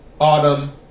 autumn